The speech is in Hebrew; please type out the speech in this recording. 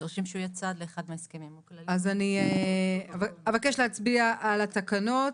אני אבקש להצביע על התקנות.